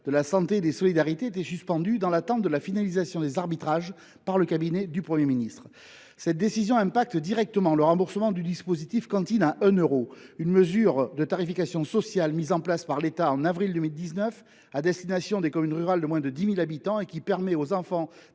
de la santé et des solidarités étaient suspendues, dans l’attente de la finalisation des arbitrages par le cabinet du Premier ministre. Cette décision affecte directement le remboursement du dispositif « cantine à 1 euro ». Cette mesure de tarification sociale mise en place par l’État en avril 2019, à destination des communes rurales de moins de 10 000 habitants, permet aux enfants